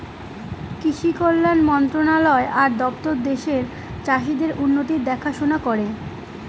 কৃষি কল্যাণ মন্ত্রণালয় আর দপ্তর দেশের চাষীদের উন্নতির দেখাশোনা করে